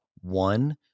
One